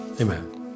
Amen